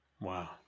wow